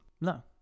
No